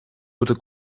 moeten